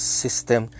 system